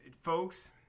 folks